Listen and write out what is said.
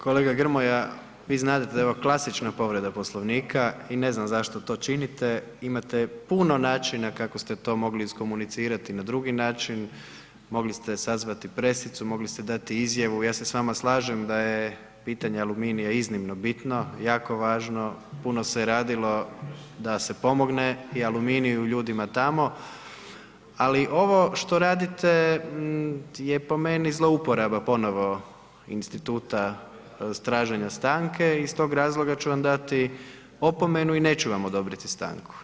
Kolega Grmoja vi znadete da je ovo klasična povreda Poslovnika i ne znam zašto to činite, imate puno načina kako ste to mogli iskomunicirati na drugi način, mogli ste sazvati pressicu, mogli ste dati izjavu, ja se s vama slažem da je pitanje Aluminija iznimno bitno, jako važno, puno se radilo da se pomogne i Aluminiju i ljudima tamo, ali ovo što radite je po meni zlouporaba ponovo instituta traženja stanke i iz tog razloga ću vam dati opomenu i neću vam odobriti stanku.